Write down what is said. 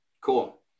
Cool